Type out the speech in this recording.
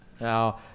Now